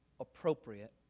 appropriate